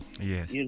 Yes